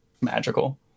magical